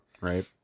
Right